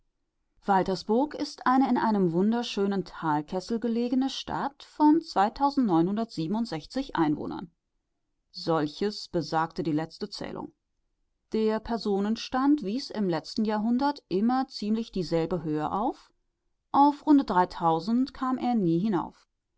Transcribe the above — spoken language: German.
waltersburg ist eine in einem wunderschönen talkessel gelegene stadt von solches besagte die letzte zählung der personenstand wies im letzten jahrhundert immer ziemlich dieselbe höhe auf auf kam er nie hinauf